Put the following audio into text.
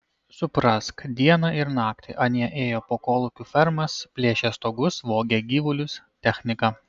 suprask dieną ir naktį anie ėjo po kolūkių fermas plėšė stogus vogė gyvulius techniką